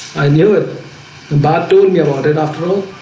i knew it but doing about it after all